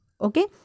Okay